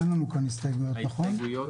אין לנו הסתייגויות, נכון?